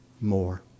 more